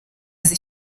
azi